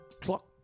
clock